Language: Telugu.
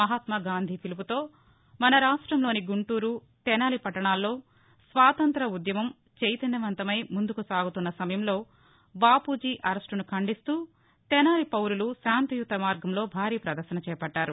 మహత్మాగాంధీ పిలుపుతో మన రాష్టంలోని గుంటూరు తెనాలి పట్టణాల్లో స్వాతంత్ర్య ఉద్యమం చైతన్యవంతమై ముందుకి సాగుతోన్న సమయంలో బాపూజీ అరెస్టును ఖండిస్తూ తెనాలి పౌరులు శాంతియుత మార్గంలో భారీ పదర్భన చేపట్టారు